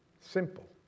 simple